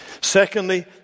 Secondly